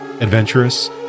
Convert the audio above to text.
Adventurous